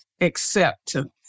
acceptance